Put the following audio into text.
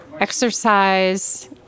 exercise